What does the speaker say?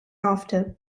after